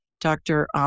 Dr